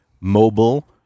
mobile